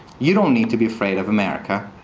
you don't need to be afraid of america.